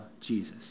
Jesus